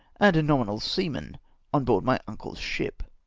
and a nominal seaman on board my uncle's ship.